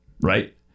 right